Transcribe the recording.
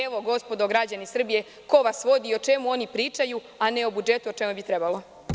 Evo gospodo građani Srbije, ko vas vodi, o čemu oni pričaju, a ne o budžetu, o čemu bi trebalo.